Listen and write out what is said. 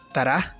Tara